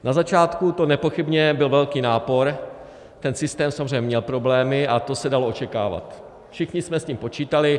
Na začátku to nepochybně byl velký nápor, ten systém samozřejmě měl problémy, a to se dalo očekávat, všichni jsme s tím počítali.